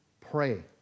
pray